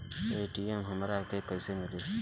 ATM हमरा के कइसे मिली?